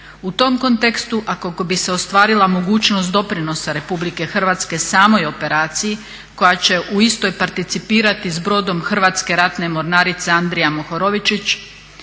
U tom kontekstu ako bi se ostvarila mogućnost doprinosa Republike Hrvatske samoj operaciji koja će u istoj participirati s brodom Hrvatske ratne mornarice Andrija Mohorovičić